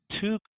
two